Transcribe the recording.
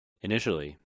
Initially